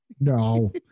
no